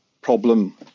problem